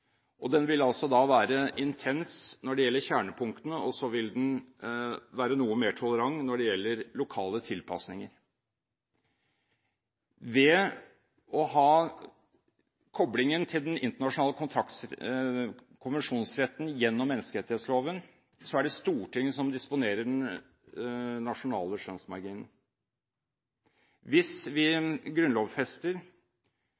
og den vil være intens når det gjelder kjernepunktene, og være noe mer tolerant når det gjelder lokale tilpasninger. Ved å ha koblingen til den internasjonale konvensjonsretten gjennom menneskerettighetsloven er det Stortinget som disponerer den nasjonale skjønnsmarginen. Hvis